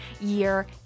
year